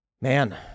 Man